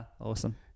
Awesome